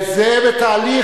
זה בתהליך,